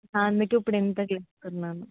అందుకే ఇప్పుడు ఇంత తీసుకున్నాను